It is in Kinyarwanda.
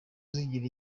zigira